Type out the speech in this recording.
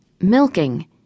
Milking